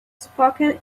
spoken